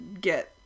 get